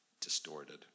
distorted